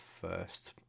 first